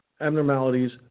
abnormalities